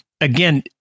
again